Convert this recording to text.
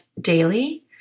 daily